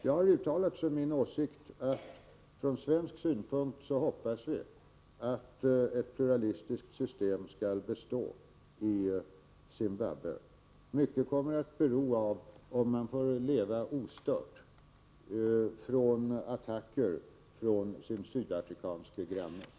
Jag har uttalat som min åsikt att vi från svensk sida hoppas att ett pluralistiskt system skall bestå i Zimbabwe. Mycket kommer att bero av om man får leva ostört från attacker från sin sydafrikanske granne.